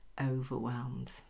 Overwhelmed